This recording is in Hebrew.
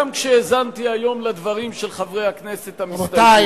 גם כשהאזנתי היום לדברים של חברי הכנסת המסתייגים,